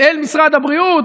אל משרד הבריאות,